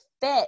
fit